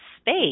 space